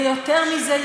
ויותר מזה,